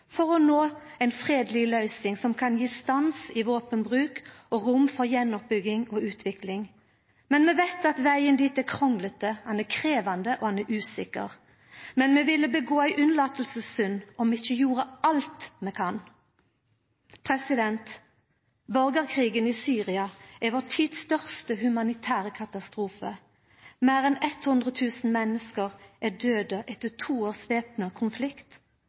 for å nå ei fredeleg løysing som kan gi stans i våpenbruk og rom for gjenoppbygging og utvikling. Men vi veit at vegen dit er krunglete, han er krevjande, og han er usikker. Men det ville vera ei unnlatingssynd om vi ikkje gjer alt vi kan. Borgarkrigen i Syria er vår tids største humanitære katastrofe. Meir enn 100 000 menneske er døde etter to års væpna konflikt,